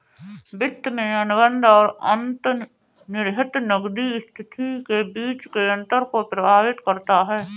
वित्त में अनुबंध और अंतर्निहित नकदी स्थिति के बीच के अंतर को प्रभावित करता है